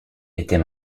était